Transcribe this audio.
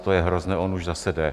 To je hrozné, on už zase jde.